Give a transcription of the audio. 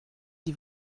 die